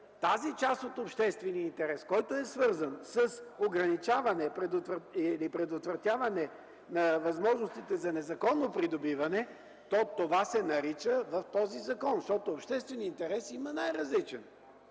тази част от обществения интерес, който е свързан с ограничаване или предотвратяване на възможностите за незаконно придобиване, то това се нарича в този закон, защото има най-различен